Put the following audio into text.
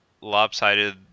lopsided